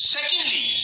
Secondly